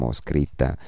scritta